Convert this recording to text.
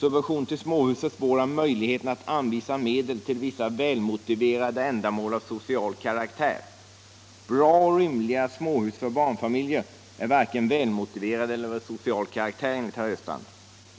Subventioner till småhus försvårar möjligheterna att anvisa medel till vissa välmotiverade ändamål av social karaktär. Bra och rymliga småhus för barnfamiljer är varken välmotiverade eller av social karaktär, enligt herr Östrand.